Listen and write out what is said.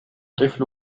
طفل